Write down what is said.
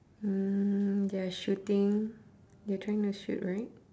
mm they're shooting they are trying to shoot right